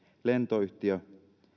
lentoyhtiö